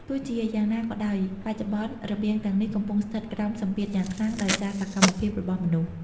ទោះជាយ៉ាងណាក៏ដោយ បច្ចុប្បន្នរបៀងទាំងនេះកំពុងស្ថិតក្រោមសម្ពាធយ៉ាងខ្លាំង ដោយសារសកម្មភាពរបស់មនុស្ស។